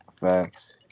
facts